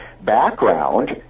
background